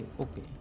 okay